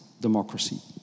democracy